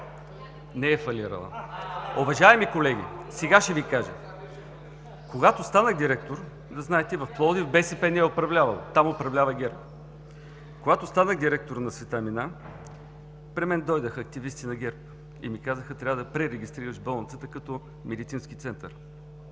Не е фалирала. Уважаеми колеги, сега ще Ви кажа. Когато станах директор – да знаете в Пловдив БСП не е управлявало, там управлява ГЕРБ. Когато станах директор на „Света Мина“, при мен дойдоха активисти на ГЕРБ и ми казаха: „Трябва да пререгистрираш болницата като медицински център“,